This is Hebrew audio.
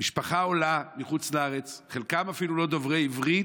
משפחה עולה מחוץ לארץ, חלקם אפילו לא דוברי עברית,